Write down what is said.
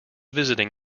visiting